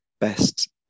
Best